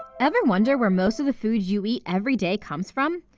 ever wonder where most of the food you eat every day comes from?